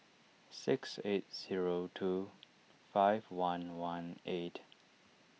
six eight zero two five one one eight